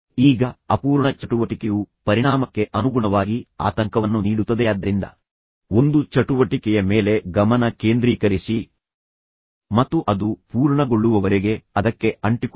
ಈಗ ಅಪೂರ್ಣ ಚಟುವಟಿಕೆಯು ಪರಿಣಾಮಕ್ಕೆ ಅನುಗುಣವಾಗಿ ಆತಂಕವನ್ನು ನೀಡುತ್ತದೆಯಾದ್ದರಿಂದ ಒಂದು ಚಟುವಟಿಕೆಯ ಮೇಲೆ ಗಮನ ಕೇಂದ್ರೀಕರಿಸಿ ಮತ್ತು ಅದು ಪೂರ್ಣಗೊಳ್ಳುವವರೆಗೆ ಅದಕ್ಕೆ ಅಂಟಿಕೊಳ್ಳಿ